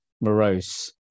morose